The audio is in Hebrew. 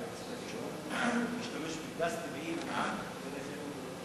האפשרות להשתמש בגז טבעי להנעת כלי רכב.